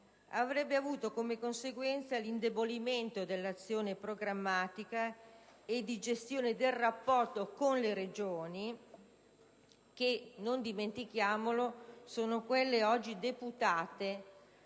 avrebbe avuto come conseguenza l'indebolimento dell'azione programmatica e di gestione del rapporto con le Regioni che, non dimentichiamolo, sono quelle oggi deputate